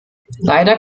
leider